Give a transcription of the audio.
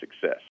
success